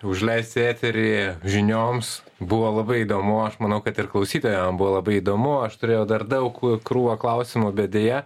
užleisti eterį žinioms buvo labai įdomu aš manau kad ir klausytojam buvo labai įdomu aš turėjau dar daug krūvą klausimų bet deja